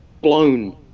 blown